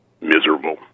Miserable